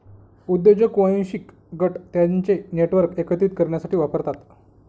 उद्योजक वांशिक गट त्यांचे नेटवर्क एकत्रित करण्यासाठी वापरतात